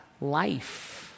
life